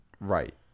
Right